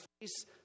face